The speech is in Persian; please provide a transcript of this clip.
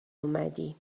اومدی